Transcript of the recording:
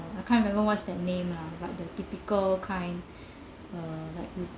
I can't remember what's that name lah but the typical kind uh like